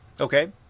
Okay